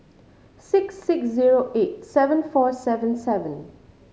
six six zero eight seven four seven seven